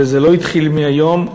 וזה לא התחיל היום,